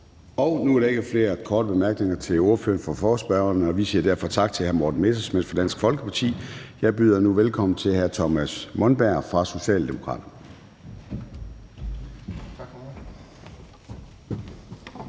Nu er der ikke flere korte bemærkninger til ordføreren for forespørgerne, og vi siger derfor tak til hr. Morten Messerschmidt fra Dansk Folkeparti. Jeg byder nu velkommen til hr. Thomas Monberg fra Socialdemokraterne.